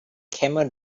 camel